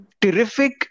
terrific